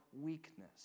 weakness